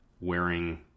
wearing